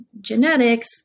genetics